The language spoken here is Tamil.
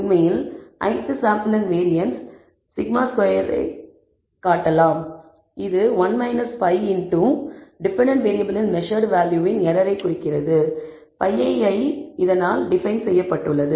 உண்மையில் ith சாம்பிளின் வேரியன்ஸ் σ2 என்பதைக் காட்டலாம் இது 1 pii x டெபென்டென்ட் வேறியபிளின் மெஸர்ட் வேல்யூவின் எரரை குறிக்கிறது pii இதனால் டிபைன் செய்யப்பட்டுள்ளது